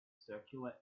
circular